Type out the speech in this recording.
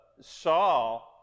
Saul